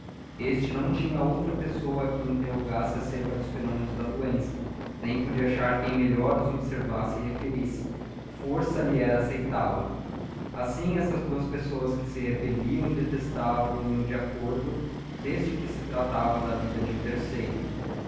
este não tinha outra pessoa a quem interrogasse acerca dos fenômenos da doença nem podia achar quem melhor os observasse e referisse força lhe era aceitá la assim essas duas pessoas que se repeliam e detestavam iam de acordo desde que se tratava da vida de um terceiro